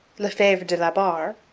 lefebvre de la barre,